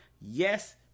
yes